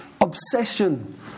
obsession